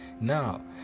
now